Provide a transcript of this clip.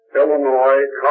Illinois